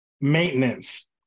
Maintenance